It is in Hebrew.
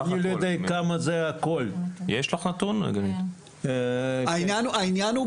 אני אמרתי, עשרים וחמש שנה אני שילמתי,